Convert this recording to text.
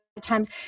times